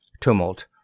TUMULT